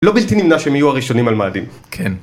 לא בלתי נמנע שהם יהיו הראשונים על מאדים. כן.